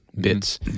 bits